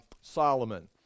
Solomon